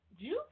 Juice